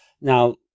Now